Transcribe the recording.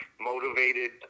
motivated